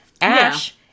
Ash